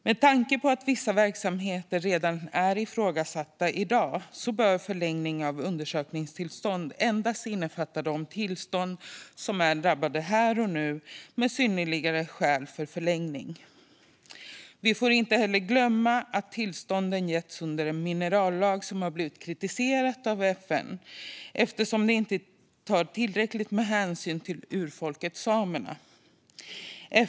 Med tanke på att vissa verksamheter redan i dag är ifrågasatta bör förlängning av undersökningstillstånd endast innefatta de tillstånd som är drabbade här och nu och där det finns synnerliga skäl för förlängning. Vi får inte heller glömma att tillstånden getts under en minerallag som har blivit kritiserad av FN eftersom den inte tar tillräcklig hänsyn till urfolket samerna.